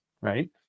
right